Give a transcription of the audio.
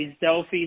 Delphi